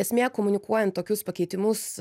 esmė komunikuojant tokius pakeitimus